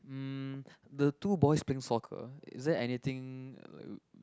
um the two boys playing soccer is there anything like